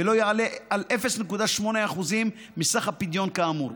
ולא יעלה על 0.8% מסך הפדיון כאמור.